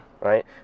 right